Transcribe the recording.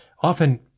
often